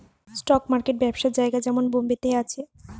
stock market ব্যবসার জায়গা যেমন বোম্বে তে আছে